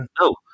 No